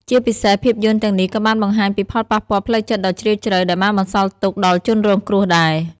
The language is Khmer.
ជាពិសេសភាពយន្តទាំងនេះក៏បានបង្ហាញពីផលប៉ះពាល់ផ្លូវចិត្តដ៏ជ្រាលជ្រៅដែលបានបន្សល់ទុកដល់ជនរងគ្រោះដែរ។